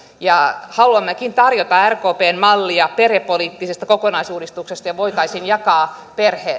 haluammekin tarjota rkpn mallia perhepoliittisesta kokonaisuudistuksesta jotta voitaisiin jakaa